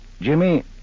Jimmy